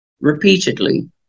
repeatedly